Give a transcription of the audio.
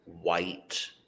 white